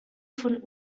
von